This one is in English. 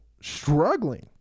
struggling